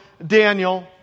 Daniel